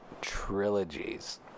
trilogies